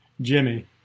Jimmy